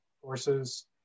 courses